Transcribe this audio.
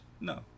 No